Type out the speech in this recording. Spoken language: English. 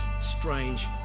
strange